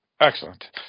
Excellent